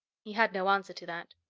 he had no answer to that.